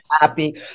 happy